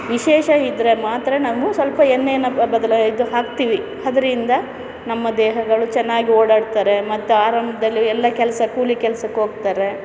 ವಿಶೇಷ ಇದ್ದರೆ ಮಾತ್ರ ನಾವು ಸ್ವಲ್ಪ ಎಣ್ಣೆಯನ್ನು ಬದಲು ಇದು ಹಾಕ್ತೀವಿ ಅದ್ರಿಂದ ನಮ್ಮ ದೇಹಗಳು ಚೆನ್ನಾಗಿ ಓಡಾಡ್ತಾರೆ ಮತ್ತೆ ಆರಂಭದಲ್ಲು ಎಲ್ಲ ಕೆಲಸ ಕೂಲಿ ಕೆಲ್ಸಕ್ಕೆ ಹೋಗ್ತಾರೆ